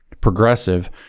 progressive